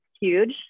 huge